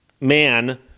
man